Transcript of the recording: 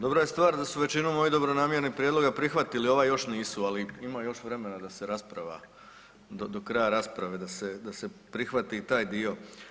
Dobra je stvar da su većinu mojih dobronamjernih prijedloga prihvatili, ovaj još nisu, ali ima još vremena da se rasprava, do kraja rasprave da se, da se prihvati i taj dio.